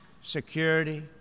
security